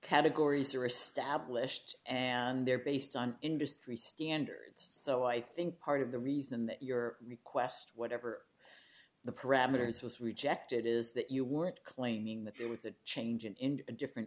categories are established and they're based on industry standards so i think part of the reason that your request whatever the parameters was rejected is that you weren't claiming that there with the change in a different